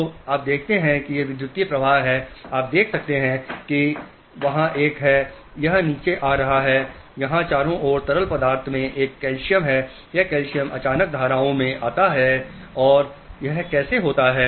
तो आप देखते हैं कि यह विद्युत प्रवाह है आप देख सकते हैं कि वहाँ एक है यह नीचे आ रहा है यहाँ चारों ओर तरल पदार्थ में एक कैल्शियम है यह कैल्शियम अचानक धाराओं में आता है और यह कैसे होता है